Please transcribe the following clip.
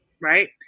Right